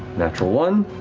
natural one.